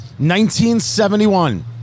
1971